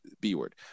B-word